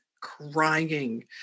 crying